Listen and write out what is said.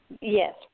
Yes